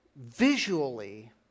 visually